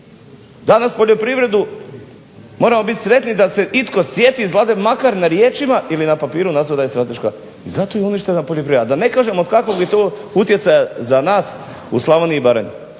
Danas poljoprivredu moramo biti sretni da se sjeti itko iz Vlade makar na riječima ili na papiru nazvati da je strateška, i zato je uništena poljoprivreda. Da ne kažem od kakvog bi to utjecaja za nas u Slavoniji i Baranji